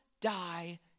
die